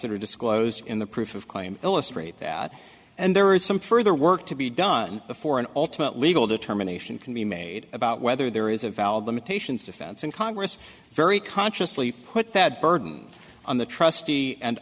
that are disclosed in the proof of claim illustrate that and there are some further work to be done before an ultimate legal determination can be made about whether there is a valid limitations defense in congress very consciously put that burden on the trustee and